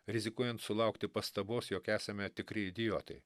rizikuojant sulaukti pastabos jog esame tikri idiotai